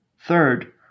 Third